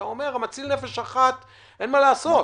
אתה אומר: המציל נפש אחת אין מה לעשות.